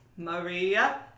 Maria